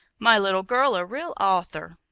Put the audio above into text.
my little girl a real author!